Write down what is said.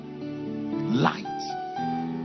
light